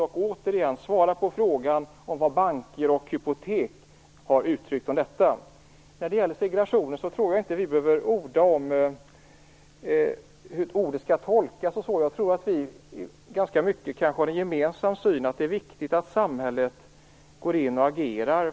Återigen ber jag om ett svar på frågan om vad banker och hypotek har uttryckt om detta. Jag tror inte att vi behöver orda om hur ordet segregation skall tolkas. Vi har nog i ganska stor utsträckning en gemensam syn här. Det är viktigt att samhället går in och agerar.